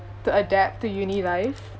to adapt to uni life